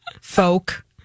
folk